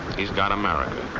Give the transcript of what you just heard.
he's got america.